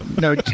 No